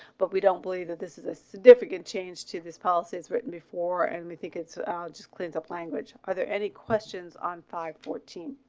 but we don't believe that this is a significant change to this policy is written before and i think it's ah just cleans up language are there any questions on five fourteen